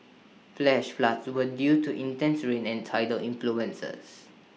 flash floods were due to intense rain and tidal influences